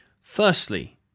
Firstly